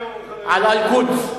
על אל-קודס.